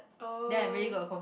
oh